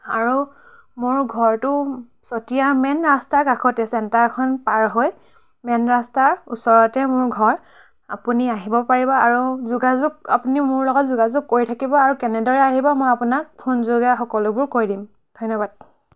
আৰু মোৰ ঘৰটো চতিয়া মেইন ৰাস্তাৰ কাষতে চেণ্টাৰখন পাৰ হৈ মেইন ৰাস্তাৰ ওচৰতে মোৰ ঘৰ আপুনি আহিব পাৰিব আৰু যোগাযোগ আপুনি মোৰ লগত যোগাযোগ কৰি থাকিব আৰু কেনেদৰে আহিব মই আপোনাক ফোনযোগে সকলোবোৰ কৈ দিম ধন্য়বাদ